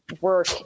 work